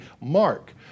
mark